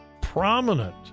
Prominent